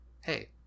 hey